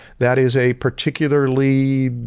that is a particularly